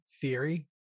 Theory